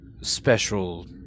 special